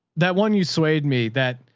that one, you swayed me. that,